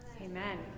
Amen